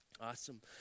Awesome